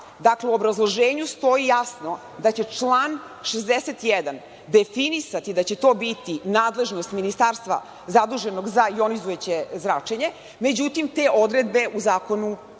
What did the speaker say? Dakle, u obrazloženju stoji jasno da će član 61. definisati da će to biti nadležnost ministarstva zaduženog za jonizujuće zračenje, međutim, te odredbe u zakonu